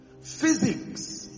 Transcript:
Physics